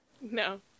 No